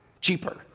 cheaper